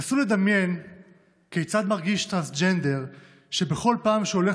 נסו לדמיין כיצד מרגיש טרנסג'נדר שבכל פעם שהוא הולך